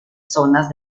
zonas